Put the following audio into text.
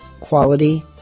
quality